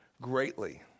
greatly